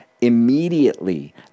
Immediately